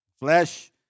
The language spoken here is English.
Flesh